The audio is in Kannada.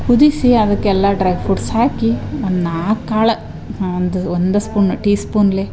ಕುದಿಸಿ ಅದಕ್ಕೆಲ್ಲ ಡ್ರೈ ಫ್ರೂಟ್ಸ್ ಹಾಕಿ ಒಂದು ನಾಲ್ಕು ಕಾಳು ಒಂದು ಒಂದು ಸ್ಪೂನ್ ಟೀ ಸ್ಪೂನ್ಲೆ